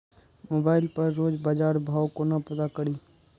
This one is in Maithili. मोबाइल पर रोज बजार भाव कोना पता करि?